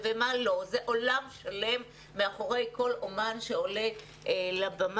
כי בעבר שימשתי כממונה על המחלקה הזו בעיריית בית שמש.